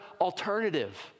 alternative